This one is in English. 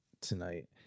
tonight